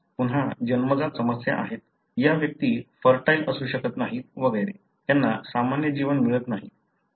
पुन्हा जन्मजात समस्या आहेत या व्यक्ती फर्टाइल असू शकत नाहीत वगैरे त्यांना सामान्य जीवन मिळत नाही